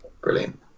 brilliant